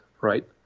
right